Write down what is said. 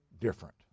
different